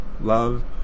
Love